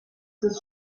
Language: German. des